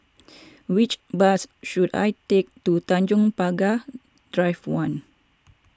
which bus should I take to Tanjong Pagar Drive one